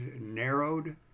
narrowed